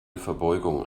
verbeugung